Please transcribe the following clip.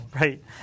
Right